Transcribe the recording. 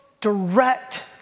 direct